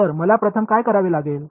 तर मला प्रथम काय करावे लागेल